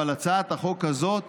אבל הצעת החוק הזאת